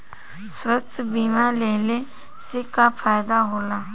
स्वास्थ्य बीमा लेहले से का फायदा होला?